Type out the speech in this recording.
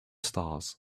stars